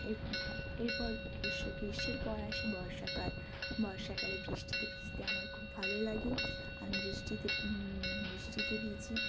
এরপর গ্রীষ্ম গ্রীষ্মের পর আসে বর্ষাকাল বর্ষাকালে বৃষ্টিতে ভিজতে আমার খুব ভালো লাগে আমি বৃষ্টিতে বৃষ্টিতে ভিজি